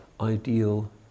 ideal